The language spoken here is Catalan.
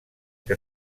que